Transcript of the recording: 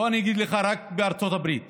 בוא, אני אגיד לך, רק בארצות הברית